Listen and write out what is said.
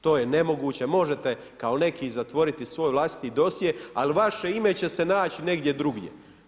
To je nemoguće, možete kao neki zatvoriti svoj vlastiti dosje, ali vaše ime će se nać negdje drugdje.